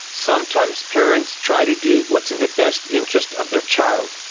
sometimes parents try to do what's in the best interests of their child,